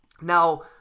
Now